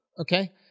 okay